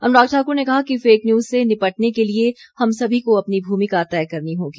अनुराग ठाकुर ने कहा कि फेक न्यूज से निपटने के लिए हम सभी को अपनी भूमिका तय करनी होगी